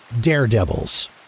daredevils